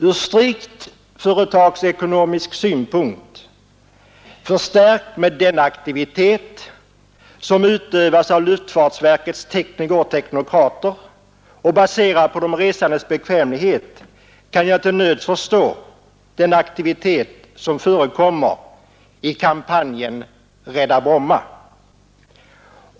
Ur strikt företagsekonomisk synpunkt, förstärkt med den aktivitet som utövas av luftfartsverkets tekniker och teknokrater och baserad på de resandes bekvämlighet, kan jag till nöds förstå den aktivitet som förekommer i kampanjen ”Rädda Bromma”.